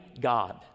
God